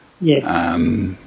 Yes